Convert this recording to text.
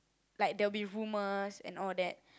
like there will be rumours and all that